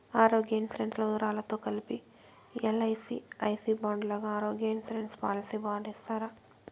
ఆరోగ్య ఇన్సూరెన్సు లో వివరాలతో కలిపి ఎల్.ఐ.సి ఐ సి బాండు లాగా ఆరోగ్య ఇన్సూరెన్సు పాలసీ బాండు ఇస్తారా?